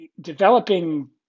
developing